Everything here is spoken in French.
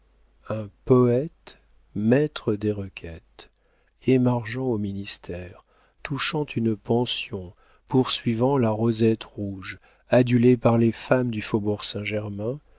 un poëte maître des requêtes émargeant au ministère touchant une pension poursuivant la rosette rouge adulé par les femmes du faubourg saint